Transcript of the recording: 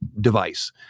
device